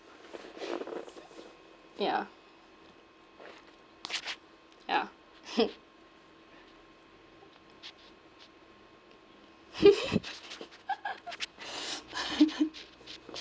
yeah yeah